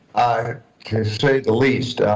i could say the least.